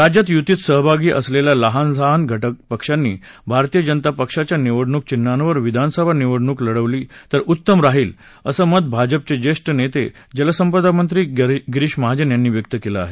राज्यात युतीत सहभागी असलेल्या लहान लहान घटक पक्षांनी भारतीय जनता पक्षाच्या निवडणूक चिन्हावर विधानसभा निवडणूक लढवली तर उत्तम राहील असं मत भाजपचे नेते जलसंपदा मंत्री गिरीश महाजन यांनी व्यक्त केलं आहे